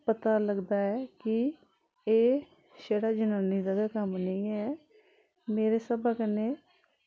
पता लगदा ऐ कि एह् छड़ा जनानी दा गै कम्म नेईं ऐ मेरे स्हाबा कन्नै